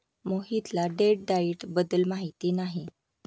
मोहितला date diet बद्दल माहिती नाही